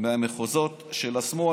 מהמחוזות של השמאל,